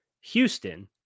Houston